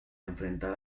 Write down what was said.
enfrentar